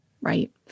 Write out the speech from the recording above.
Right